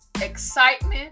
excitement